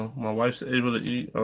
um my wife is able to eat.